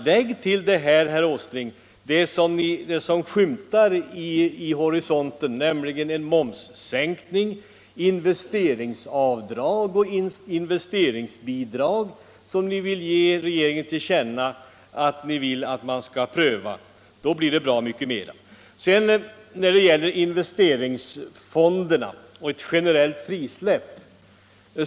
Lägg till detta det som skymtar vid horisonten, nämligen en momssänkning, investeringsavdrag och investeringsbidrag, som utskottsmajoriteten vill att riksdagen skall ge regeringen till känna att man enligt riksdagens önskan skall pröva! Då blir det ett helt annat resultat!